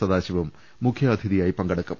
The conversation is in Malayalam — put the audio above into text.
സദാശിവം മുഖ്യാതിഥിയായി പങ്കെടുക്കും